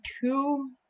two